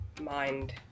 mind